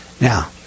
Now